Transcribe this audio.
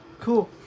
cool